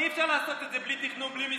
תכנסו את הוועדה, יש הסכמה.